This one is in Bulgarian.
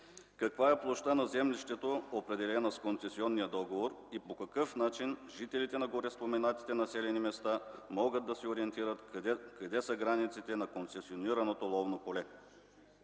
Каква е площта на землището, определена с концесионния договор, и по какъв начин жителите на гореспоменатите населени места могат да се ориентират къде са границите на концесионираното ловно поле?